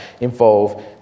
involve